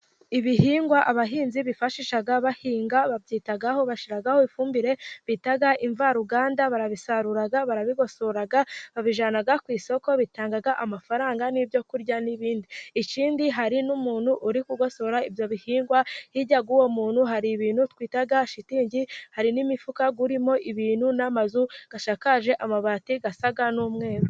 Ibihingwa abahinzi bifashisha bahinga babyitaho bashiraho ifumbire bita imvaruganda, barabisarura barabigosora babijyana ku isoko, bitanga amafaranga ibyo kurya n'ibindi. Ikindi hari n'umuntu uri kugosora ibyo bihingwa hirya y'uwo muntu hari ibintu twita shitingi hari n'imifuka irimo ibintu n'amazu asakaje amabati asa n'umweru.